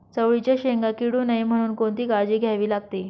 चवळीच्या शेंगा किडू नये म्हणून कोणती काळजी घ्यावी लागते?